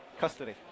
custody